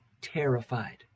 terrified